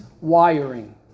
wiring